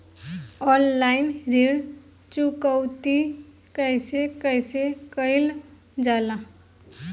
Online ऋण चुकौती कइसे कइसे कइल जाला?